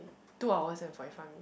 two hours and forty five minute